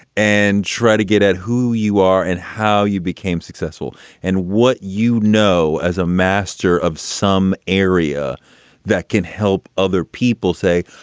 and try to get at who you are and how you became successful and what you know, as a master of some area that can help other people say,